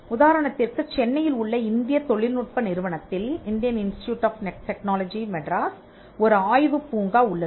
உதாரணத்திற்குச் சென்னையில் உள்ள இந்தியத் தொழில்நுட்ப நிறுவனத்தில் Indian Institute of Technology Madras ஒரு ஆய்வுப் பூங்கா உள்ளது